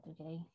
okay